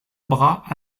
bras